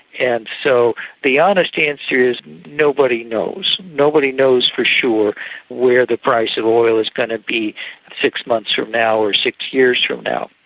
and so the honest answer is nobody knows. nobody knows for sure where the price of oil is going to be six months from now or six years from now.